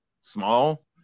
small